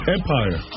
Empire